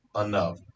enough